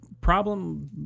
problem